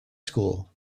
school